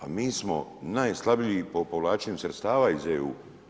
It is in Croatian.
A mi smo najslabiji po povlačenju sredstava iz EU.